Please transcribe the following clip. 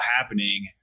happening